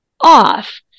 off